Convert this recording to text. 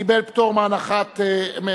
התשע"ב 2012, קיבל פטור מחובת הנחה.